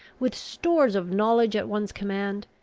with stores of knowledge at one's command,